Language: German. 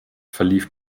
verlief